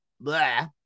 Blah